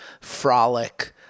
frolic